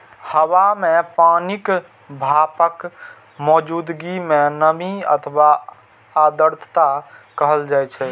हवा मे पानिक भापक मौजूदगी कें नमी अथवा आर्द्रता कहल जाइ छै